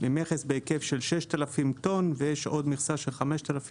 ממכס בהיקף של 6,000 טון ויש עוד מכסה של 5,000